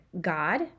God